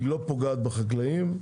היא לא פוגעת בחקלאים,